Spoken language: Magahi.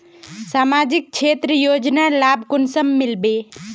सामाजिक क्षेत्र योजनार लाभ कुंसम मिलबे?